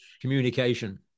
communication